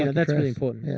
that's really important.